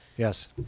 Yes